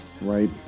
right